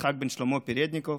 יצחק בן שלמה פדרניקוב,